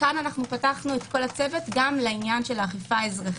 כאן אנחנו פתחנו את כל הצוות גם לעניין של האכיפה האזרחית.